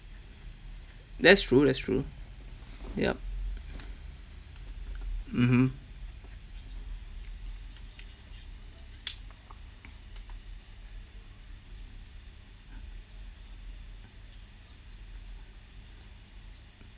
that's true that's true yup mmhmm